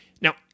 Now